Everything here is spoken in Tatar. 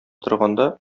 торганда